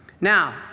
Now